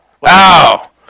Wow